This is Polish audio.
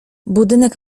budynek